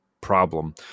problem